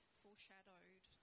foreshadowed